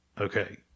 Okay